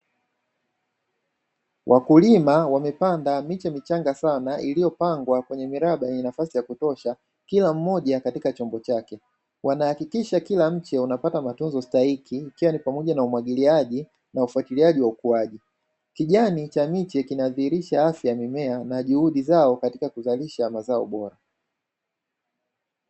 Wakulima wamepanda miche michanga sana iliyopangwa kwenye miraba yenye nafasi ya kutosha kila mmoja katika chombo chake, wanahakikisha kila mche unapata matunzo stahiki ikiwa ni pamoja na umwagiliaji na ufuatiliaji wa ukuaji. Kijani cha miche kinadhihirisha afya mimea na juhudi zao katika kuzalisha mazao bora.